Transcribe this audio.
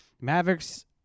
Mavericks